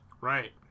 Right